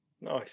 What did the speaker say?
Nice